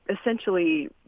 essentially